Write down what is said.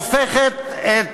שהופכת את